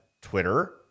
Twitter